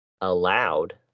allowed